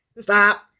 Stop